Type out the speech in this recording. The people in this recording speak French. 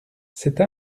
cette